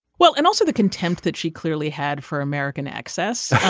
well and also the contempt that she clearly had for american access.